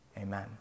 amen